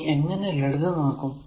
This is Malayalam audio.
ഇനി എങ്ങനെ ലളിതമാക്കും